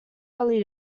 early